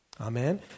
Amen